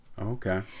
Okay